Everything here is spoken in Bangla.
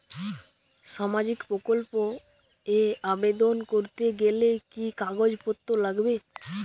সামাজিক প্রকল্প এ আবেদন করতে গেলে কি কাগজ পত্র লাগবে?